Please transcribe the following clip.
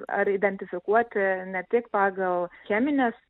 ar identifikuoti ne tik pagal chemines